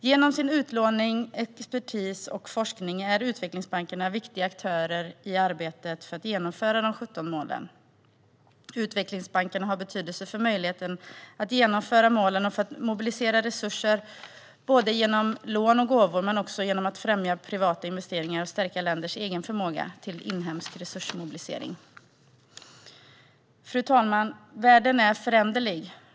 Genom sin utlåning, expertis och forskning är utvecklingsbankerna viktiga aktörer i arbetet för att nå de 17 målen. Utvecklingsbankerna har betydelse för möjligheten att nå målen och för att mobilisera resurser, både genom lån och gåvor och genom att främja privata investeringar och stärka länders egen förmåga till inhemsk resursmobilisering. Fru talman! Världen är föränderlig.